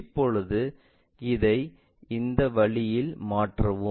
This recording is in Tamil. இப்போது இதை இந்த வழியில் மாற்றவும்